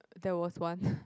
there was one